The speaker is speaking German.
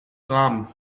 rahmen